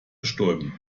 bestäuben